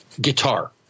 guitar